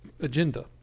agenda